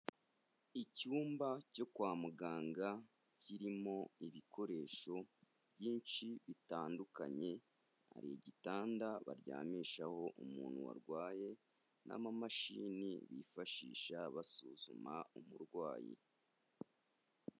Icyumba cyo kwa muganga kirimo ibikoresho byinshi bitandukanye, hari igitanda baryamishaho umuntu warwaye, n'amamashini bifashisha basuzuma umurwayi.